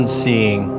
seeing